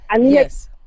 Yes